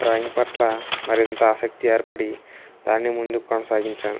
drawing పట్ల మరింత ఆసక్తి ఏర్పడి దాన్ని ముందుకు కొనసాగించాను